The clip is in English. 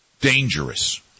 dangerous